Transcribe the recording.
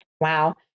Wow